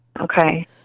Okay